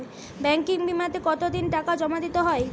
Banking বিমাতে কত দিন টাকা জমা দিতে হয়?